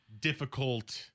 difficult